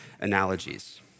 analogies